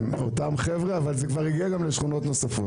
כן, אותם חבר'ה, אבל זה גם הגיע לשכונות נוספות.